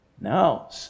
No